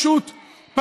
נו, באמת.